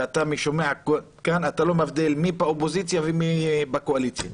ואני שומע כאן שאתה לא מבדיל מי בקואליציה ומי באופוזיציה.